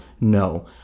No